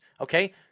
Okay